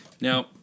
Now